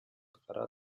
гар